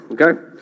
Okay